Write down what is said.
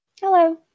Hello